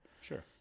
Sure